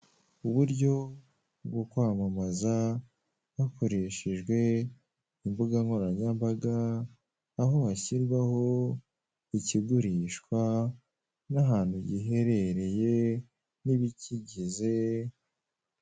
Uburyo bwo kwamamaza hakoreshejwe imbugankoranyambaga, aho hashyirwaho ikigurishwa n'ahantu giherereye n'ibikigize.